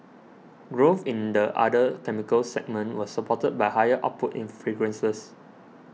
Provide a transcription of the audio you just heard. growth in the other chemicals segment was supported by higher output in fragrances